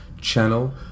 channel